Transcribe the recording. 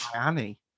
Annie